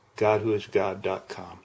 GodWhoIsGod.com